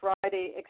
Friday